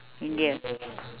india